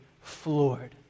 floored